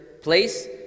place